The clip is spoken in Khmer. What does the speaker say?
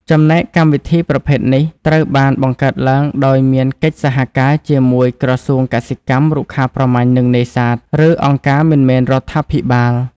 ចំណែកកម្មវិធីប្រភេទនេះត្រូវបានបង្កើតឡើងដោយមានកិច្ចសហការជាមួយក្រសួងកសិកម្ម រុក្ខាប្រមាញ់ និងនេសាទ ឬអង្គការមិនមែនរដ្ឋាភិបាល។